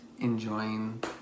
enjoying